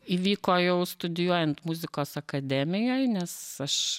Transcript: įvyko jau studijuojant muzikos akademijoj nes aš